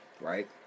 right